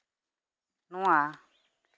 ᱱᱚᱣᱟ